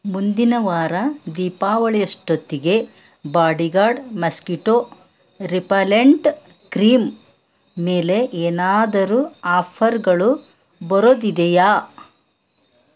ಮುಂದಿನ ವಾರ ದೀಪಾವಳಿಯಷ್ಟೊತ್ತಿಗೆ ಬಾಡಿಗಾರ್ಡ್ ಮಸ್ಕಿಟೋ ರಿಪಲ್ಲೆಂಟ್ ಕ್ರೀಂ ಮೇಲೆ ಏನಾದರೂ ಆಫರ್ಗಳು ಬರೋದಿದೆಯಾ